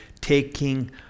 taking